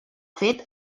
fet